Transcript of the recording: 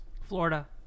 Florida